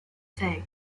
fig